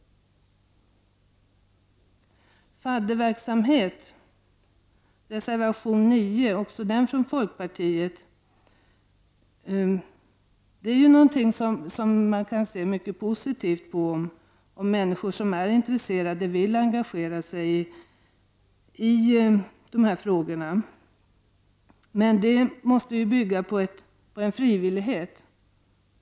I reservation 9 behandlar folkpartiet fadderverksamheten. Man kan se mycket positivt på att människor som är intresserade vill engagera sig i de här frågorna. Men detta arbete måste bygga på frivillighet.